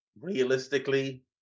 realistically